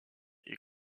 est